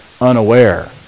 unaware